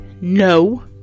no